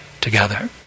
together